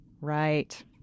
Right